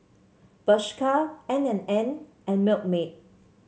Bershka N And N and Milkmaid